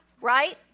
right